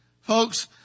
Folks